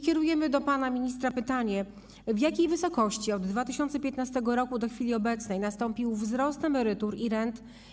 Kierujemy do pana ministra pytania: W jakiej wysokości od 2015 r. do chwili obecnej nastąpił wzrost emerytur i rent?